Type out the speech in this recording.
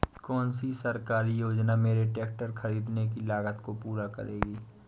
कौन सी सरकारी योजना मेरे ट्रैक्टर ख़रीदने की लागत को पूरा करेगी?